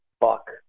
fuck